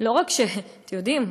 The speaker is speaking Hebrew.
אתם יודעים,